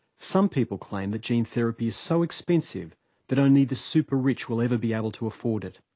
some people claim that gene therapy is so expensive that only the super-rich will ever be able to afford it.